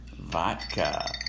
Vodka